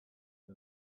and